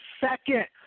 second